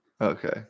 Okay